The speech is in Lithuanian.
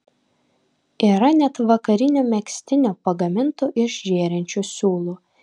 yra net vakarinių megztinių pagamintų iš žėrinčių siūlų